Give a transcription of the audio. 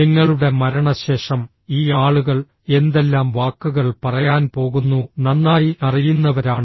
നിങ്ങളുടെ മരണശേഷം ഈ ആളുകൾ എന്തെല്ലാം വാക്കുകൾ പറയാൻ പോകുന്നു നന്നായി അറിയുന്നവരാണ്